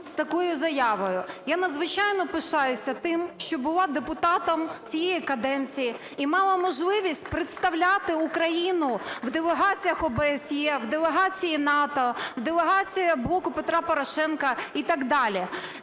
з такою заявою. Я надзвичайно пишаюся тим, що була депутатом цієї каденції і мала можливість представляти Україну в делегаціях ОБСЄ, в делегації НАТО, в делегації "Блоку Петра Порошенка" і так далі.